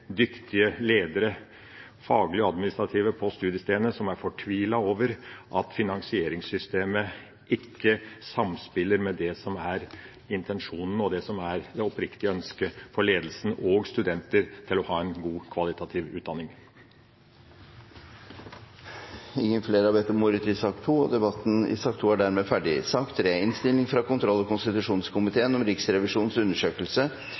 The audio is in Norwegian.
dyktige ledere og faglig administrative på studiestedene som er fortvilet over at finansieringssystemet ikke samspiller med det som er intensjonen, og det som er det oppriktige ønsket for ledelsen og studenter om å ha kvalitativt god utdanning. Flere har ikke bedt om ordet til sak nr. 2. Jeg vil takke Riksrevisjonen og komiteen for arbeidet med saken, og vi skal nå behandle en innstilling fra kontroll- og konstitusjonskomiteen om undersøkelse